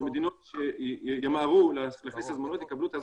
מדינות ימהרו להכניס הזמנות ויקבלו את ההזמנות.